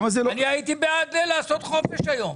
אני הייתי בעד לעשות חופש היום.